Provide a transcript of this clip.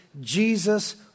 Jesus